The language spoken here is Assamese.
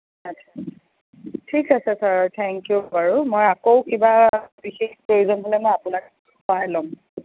আচ্ছা ঠিক আছে ছাৰ থেংক ইউ বাৰু মই আকৌ কিবা বিশেষ প্ৰয়োজন হ'লে মই আপোনাক সহায় ল'ম